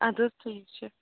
اَدٕ حظ ٹھیٖک چھُ